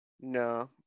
No